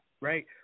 right